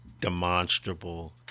demonstrable